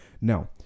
now